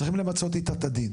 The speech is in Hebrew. צריכים למצות איתה את הדין,